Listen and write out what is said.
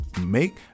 make